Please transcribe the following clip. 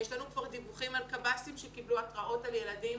יש לנו כבר דיווחים על קב"סים שקיבלו התראות על ילדים.